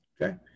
Okay